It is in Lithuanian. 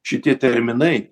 šitie terminai